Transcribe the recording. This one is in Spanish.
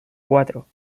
cuatro